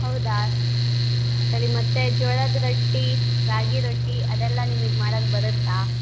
ಹೌದಾ ಸರಿ ಮತ್ತೆ ಜೋಳದ ರೊಟ್ಟಿ ರಾಗಿ ರೊಟ್ಟಿ ಅದೆಲ್ಲ ನಿಮಗೆ ಮಾಡೋಕ್ಕೆ ಬರುತ್ತಾ